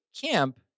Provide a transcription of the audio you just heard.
camp